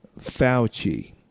Fauci